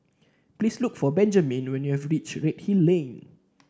please look for Benjamin when you have reach Redhill Lane